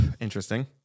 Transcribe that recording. Interesting